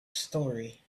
story